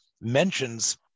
mentions